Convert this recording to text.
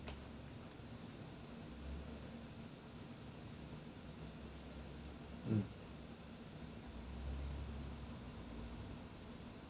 mm